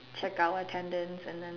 check our attendance and then